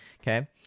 okay